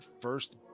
first